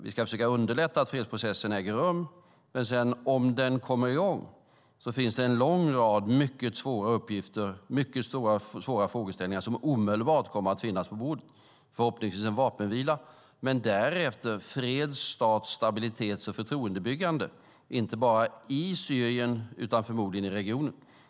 Vi ska försöka underlätta att fredsprocessen äger rum. Om den sedan kommer i gång finns det en lång rad mycket svåra uppgifter och mycket svåra frågeställningar som omedelbart kommer att finnas på bordet. Det är förhoppningsvis en vapenvila, men därefter freds-, stats-, stabilitets och förtroendebyggande inte bara i Syrien utan förmodligen i regionen.